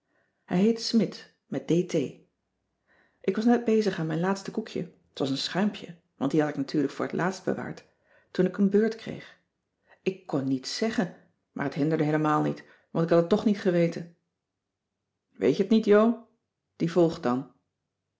heet smidt met dt ik was net bezig aan mijn laatste koekje t was een schuimpje want die had ik natuurlijk voor t laatst bewaard toen ik een beurt kreeg ik kon niets zeggen maar t hinderde heelemaal niet want ik had het toch niet geweten weet je t niet jo die volgt dan